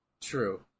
True